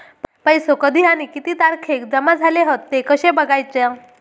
पैसो कधी आणि किती तारखेक जमा झाले हत ते कशे बगायचा?